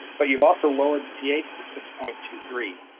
but you've also lowered the ph to six point two three,